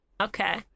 Okay